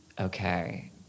Okay